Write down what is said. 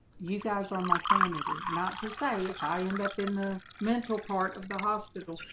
you guys are my sanity not to say if i end up in the mental part of the hospital,